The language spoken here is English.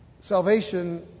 salvation